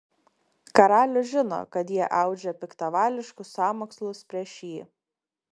karalius žino kad jie audžia piktavališkus sąmokslus prieš jį